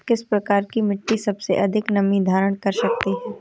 किस प्रकार की मिट्टी सबसे अधिक नमी धारण कर सकती है?